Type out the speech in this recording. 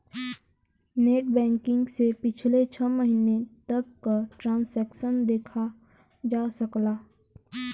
net banking से पिछले छः महीने तक क ट्रांसैक्शन देखा जा सकला